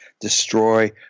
destroy